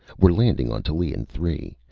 we're landing on tallien three.